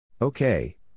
okay